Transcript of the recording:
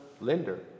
lender